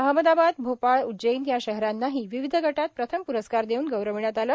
अहमदाबाद भोपाळ उज्जैन या शहरांनाही विविध गटात प्रथम प्रस्कार देऊन गौरवण्यात आलं